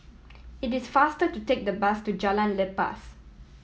it is faster to take the bus to Jalan Lepas